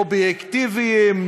אובייקטיביים,